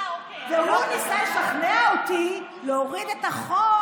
והוא ניסה לשכנע אותי להוריד את החוק